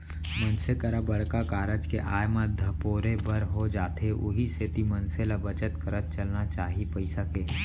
मनसे करा बड़का कारज के आय म धपोरे बर हो जाथे उहीं सेती मनसे ल बचत करत चलना चाही पइसा के